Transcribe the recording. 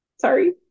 sorry